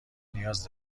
نیاز